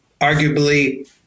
arguably